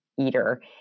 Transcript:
eater